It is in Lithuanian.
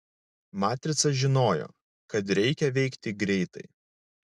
matrica žinojo kad reikia veikti greitai